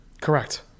Correct